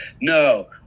no